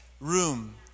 room